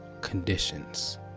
conditions